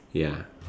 ya